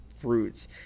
fruits